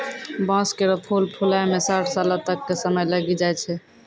बांस केरो फूल फुलाय म साठ सालो तक क समय लागी जाय छै